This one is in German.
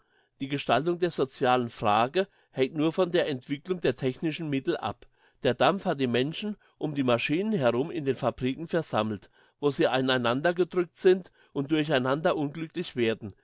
die gestaltung der socialen frage hängt nur von der entwicklung der technischen mittel ab der dampf hat die menschen um die maschinen herum in den fabriken versammelt wo sie aneinander gedrückt sind und durch einander unglücklich werden